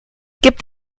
gibt